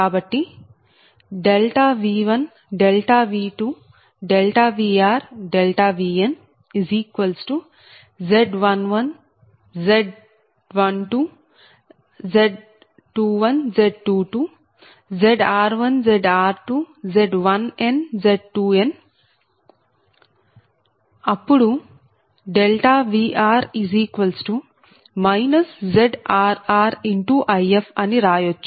కాబట్టి V1 V2 Vr Vn Z11 Z21 Z21 Z22 Zr1 Zr2 Z1n Z2n Zr1 Zr2 Zrr Zrn Zn1 Zn2 Znr Znn 0 0 Ir If 0 అప్పుడు Vr ZrrIf అని రాయచ్చు